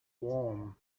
warm